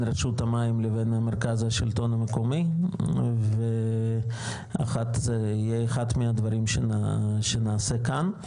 רשות המים לבין המרכז לשלטון מקומי וזה יהיה אחד מהדברים שנעשה כאן.